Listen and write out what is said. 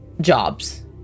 jobs